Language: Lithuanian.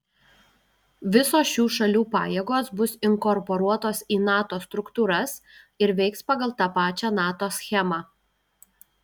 visos šių šalių pajėgos bus inkorporuotos į nato struktūras ir veiks pagal tą pačią nato schemą